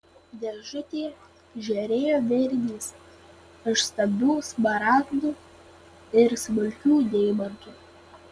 dėžutėje žėrėjo vėrinys iš stambių smaragdų ir smulkių deimantų